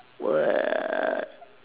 what